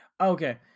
Okay